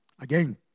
Again